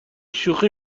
شوخی